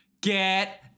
Get